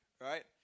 right